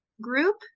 group